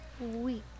week